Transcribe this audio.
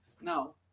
No